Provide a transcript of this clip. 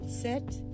set